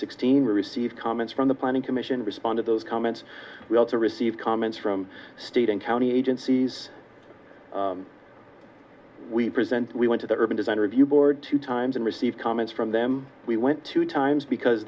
receive comments from the planning commission responded those comments we also received comments from state and county agencies we present we went to the urban design review board two times and received comments from them we went to times because